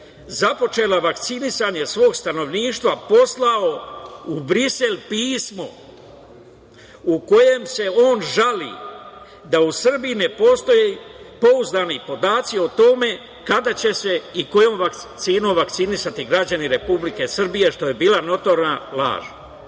započela vakcinisanje svog stanovništva poslao u Brisel pismo u kojem se on žali da u Srbiji ne postoje pouzdani podaci o tome kada će se i kojom vakcinom vakcinisati građani Republike Srbije, što je bila notorna laž. Đilas